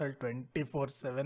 24/7